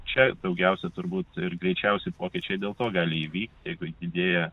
čia daugiausia turbūt ir greičiausi pokyčiai dėl to gali įvykt jeigu idėja